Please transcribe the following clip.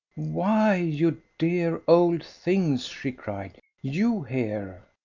why you dear old things! she cried. you here?